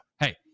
Hey